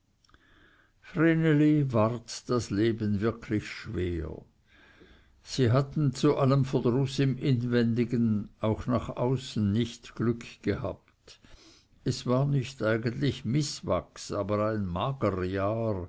ward das leben wirklich schwer sie hatten zu allem verdruß im inwendigen auch nach außen nicht glück gehabt es war nicht eigentlich mißwachs aber ein